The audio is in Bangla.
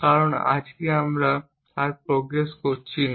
কারণ আমরা আজকে আর প্রোগ্রেস করছি না